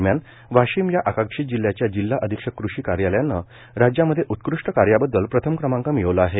दरम्यान वाशिम या आकांक्षित जिल्ह्याच्या जिल्हा अधिक्षक कृषी कार्यालयानं राज्यामध्ये उत्कृष्ट कार्याबददल प्रथम क्रमांक मिळवला आहे